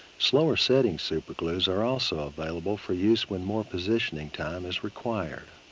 slower setting super glues are also available for use when more positioning time is required.